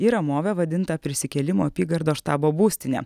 į ramovę vadintą prisikėlimo apygardos štabo būstinę